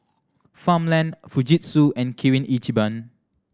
Farmland Fujitsu and Kirin Ichiban